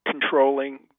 controlling